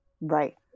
Right